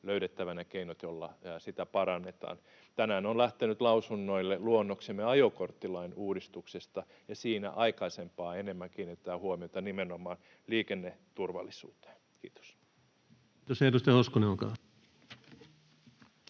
löydettävä ne keinot, joilla ja sitä parannetaan. Tänään on lähtenyt lausunnoille luonnoksemme ajokorttilain uudistuksesta, ja siinä aikaisempaa enemmän kiinnitetään huomiota nimenomaan liikenneturvallisuuteen. — Kiitos. [Speech 144] Speaker: